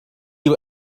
you